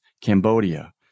Cambodia